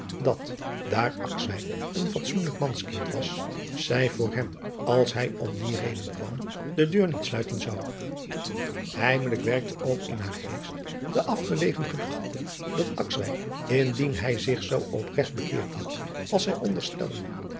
dat daar akswijk een fatsoenlijk mans kind was zij voor hem als hij om die reden kwam de deur niet sluiten zou heimelijk werkte ook in haar geest de afgelegen gedachte dat akswijk indien hij zich zoo opregt bekeerd had als zij